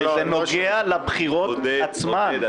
זה נוגע לבחירות עצמן,